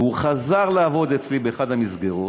והוא חזר לעבוד אצלי באחת המסגרות,